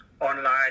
online